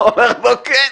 הוא אומר לו כן.